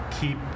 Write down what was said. keep